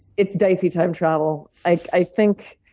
it's dicey time travel. i think,